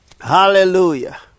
Hallelujah